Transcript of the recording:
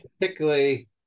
particularly